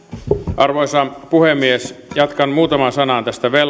arvoisa puhemies jatkan muutaman sanan tästä